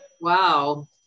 Wow